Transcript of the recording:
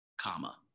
comma